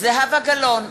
זהבה גלאון,